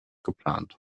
geplant